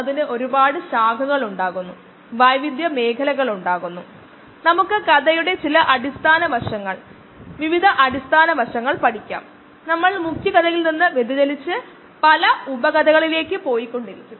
ഇതാണ് നേരിട്ട പ്രശ്നം അതിനാൽ നമുക്ക് പോയി ഈ പ്രശ്നം പരിഹരിക്കാം